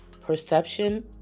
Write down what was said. perception